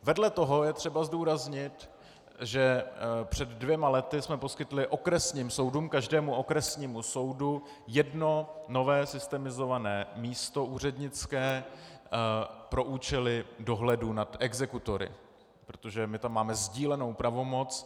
Vedle toho je třeba zdůraznit, že před dvěma lety jsme poskytli okresním soudům, každému okresnímu soudu jedno nové systemizované úřednické místo pro účely dohledu nad exekutory, protože my tam máme sdílenou pravomoc.